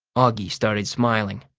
auggie started smiling.